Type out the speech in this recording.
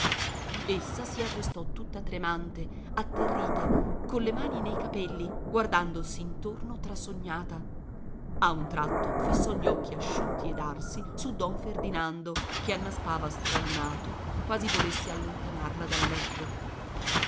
essa si arrestò tutta tremante atterrita colle mani nei capelli guardandosi intorno trasognata a un tratto fissò gli occhi asciutti ed arsi su don ferdinando che annaspava stralunato quasi volesse allontanarla dal letto